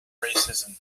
racism